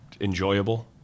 enjoyable